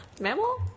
mammal